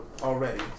already